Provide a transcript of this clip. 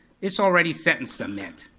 it's already set in cement.